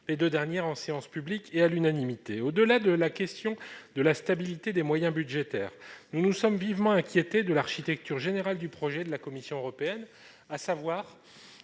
les deux dernières en séance publique et à l'unanimité. Au-delà de la question de la stabilité des moyens budgétaires, nous nous sommes vivement inquiétés de l'architecture générale du projet de la Commission européenne, notamment